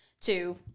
Two